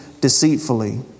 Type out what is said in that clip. deceitfully